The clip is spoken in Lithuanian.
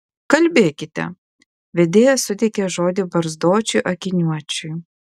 kalbėkite vedėja suteikė žodį barzdočiui akiniuočiui